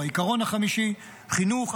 או העיקרון החמישי: חינוך,